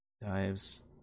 Dives